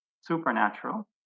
supernatural